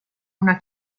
una